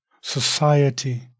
society